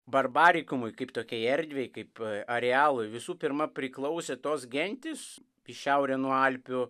barbariškumui kaip tokiai erdvei kaip arealui visų pirma priklausė tos gentys į šiaurę nuo alpių